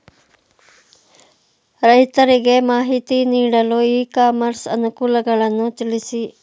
ರೈತರಿಗೆ ಮಾಹಿತಿ ನೀಡಲು ಇ ಕಾಮರ್ಸ್ ಅನುಕೂಲಗಳನ್ನು ತಿಳಿಸಿ?